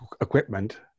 equipment